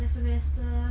my semester